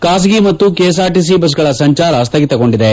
ಖಾಸಗಿ ಮತ್ತು ಕೆಎಸ್ಆರ್ಟಿಸಿ ಬಸ್ಗಳ ಸಂಚಾರ ಸ್ಥಗಿತಗೊಂಡಿದೆ